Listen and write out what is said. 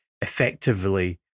effectively